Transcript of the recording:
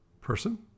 person